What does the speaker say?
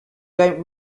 don’t